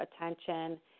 attention